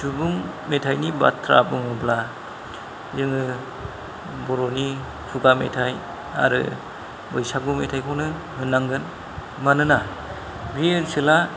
सुबुं मेथायनि बाथ्रा बुङोब्ला जोङो बर'नि खुगा मेथाय आरो बैसागु मेथायखौनो होननांगोन मानोना बे ओनसोला